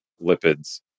lipids